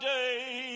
day